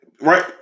Right